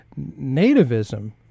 nativism